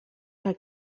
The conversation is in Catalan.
que